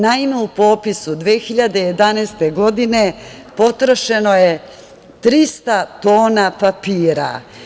Naime, u popisu 2011. godine potrošeno je 300 tona papira.